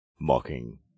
mocking